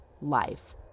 life